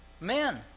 men